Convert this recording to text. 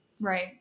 right